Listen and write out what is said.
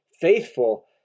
faithful